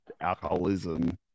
alcoholism